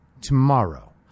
tomorrow